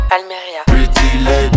Almeria